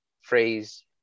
phrase